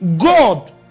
God